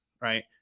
right